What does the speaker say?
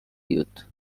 youth